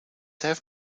have